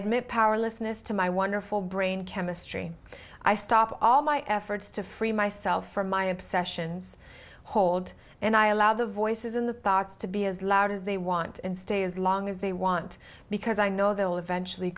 admit powerlessness to my wonderful brain chemistry i stop all my efforts to free myself from my obsessions hold and i allow the voices in the thoughts to be as loud as they want and stay as long as they want because i know they will eventually